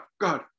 God